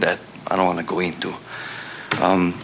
that i don't want to go into